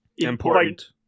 Important